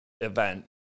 event